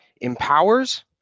empowers